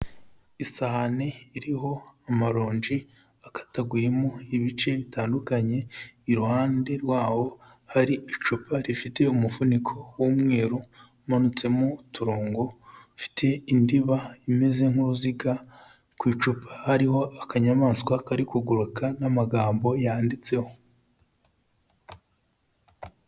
Isahani iriho amaronji akataguyemo ibice bitandukanye. Iruhande rwaho hari icupa rifite umufuniko w'umweru, umanutsemo uturongo, ufite indiba imeze nk'uruziga, ku icupa hariho akanyamaswa kari kuguruka, n'amagambo yanditseho.